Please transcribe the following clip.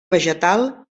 vegetal